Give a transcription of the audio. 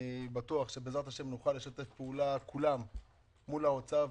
אני בטוח שנוכל לשתף פעולה כולם מול האוצר.